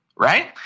right